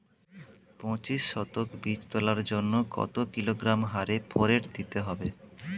পঁচিশ শতক বীজ তলার জন্য কত কিলোগ্রাম হারে ফোরেট দিতে হবে?